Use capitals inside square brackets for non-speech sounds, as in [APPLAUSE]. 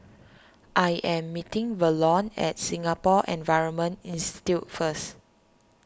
[NOISE] I am meeting Verlon at Singapore Environment Institute first